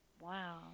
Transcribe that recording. Wow